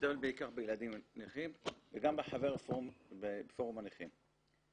--- בעיקר בילדים נכים וגם חבר פורום הנכים.